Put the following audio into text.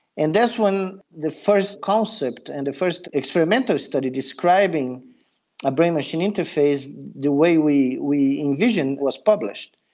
and that's when the first concept and the first experimental study describing a brain-machine interface the way we we envisioned was published.